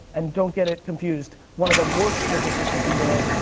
and don't get it confused, one of the worst businesses you can build,